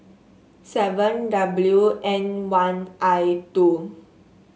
seven W N one I two